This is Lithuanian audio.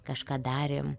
kažką darėm